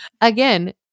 again